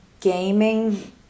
Gaming